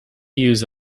use